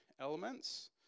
elements